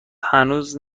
هنوز